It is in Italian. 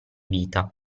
vita